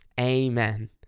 Amen